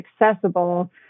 accessible